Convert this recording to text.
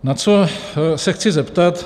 Na co se chci zeptat.